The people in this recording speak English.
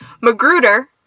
Magruder